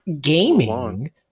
gaming